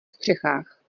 střechách